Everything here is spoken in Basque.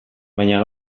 baina